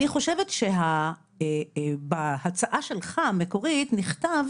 אני חושבת שבהצעה שלך המקורית נכתב